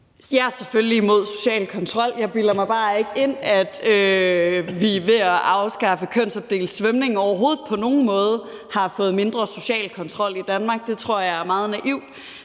Jeg er selvfølgelig imod social kontrol. Jeg bilder mig bare ikke ind, at vi ved at afskaffe kønsopdelt svømning overhovedet på nogen måde har fået mindre social kontrol i Danmark. Det tror jeg er meget naivt.